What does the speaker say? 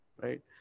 Right